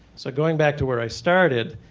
so going back to where i started,